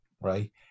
right